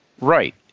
Right